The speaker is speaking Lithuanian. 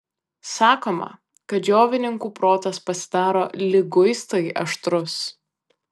sakoma kad džiovininkų protas pasidaro liguistai aštrus